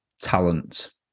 talent